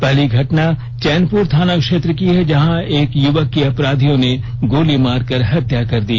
पहली घटना चैनपुर थाना क्षेत्र की है जहां एक युवक की अपराधियों ने गोली मारकर हत्या कर दी